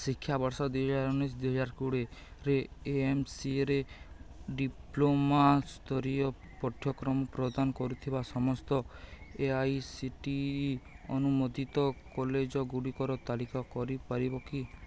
ଶିକ୍ଷାବର୍ଷ ଦୁଇହାଜର ଉଣେଇଶି ଦୁଇହାଜର କୋଡ଼ିଏରେ ଏଏମ୍ସିଏରେ ଡିପ୍ଲୋମା ସ୍ତରୀୟ ପାଠ୍ୟକ୍ରମ ପ୍ରଦାନ କରୁଥିବା ସମସ୍ତ A I C T E ଅନୁମୋଦିତ କଲେଜଗୁଡ଼ିକର ତାଲିକା କରିପାରିବ କି